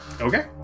Okay